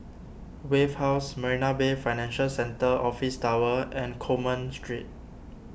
Wave House Marina Bay Financial Centre Office Tower and Coleman Street